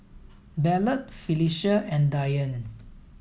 Ballard Phylicia and Dyan